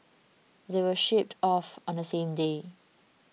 they were shipped off on the same day